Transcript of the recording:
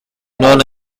known